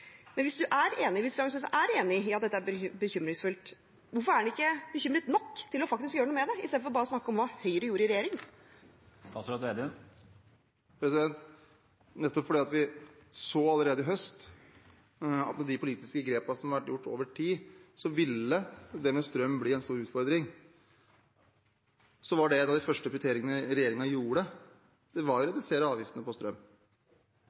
Men hvis finansministeren er enig i at dette er bekymringsfullt, hvorfor er han ikke bekymret nok til faktisk å gjøre noe med det, i stedet for bare å snakke om hva Høyre gjorde i regjering? Nettopp fordi vi allerede i høst så at med de politiske grepene som hadde vært gjort over tid, ville dette med strøm bli en stor utfordring, var en av de første prioriteringene regjeringen hadde, å redusere avgiftene på strøm. Det partiet som var mest imot at vi reduserte avgiftene på strøm,